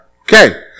Okay